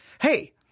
hey